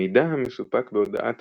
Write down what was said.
המידע המסופק בהודעת